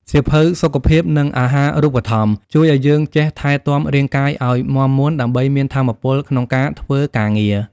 សៀវភៅសុខភាព និងអាហារូបត្ថម្ភ ជួយឱ្យយើងចេះថែទាំរាងកាយឱ្យមាំមួន ដើម្បីមានថាមពលក្នុងការធ្វើការងារ។